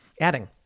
adding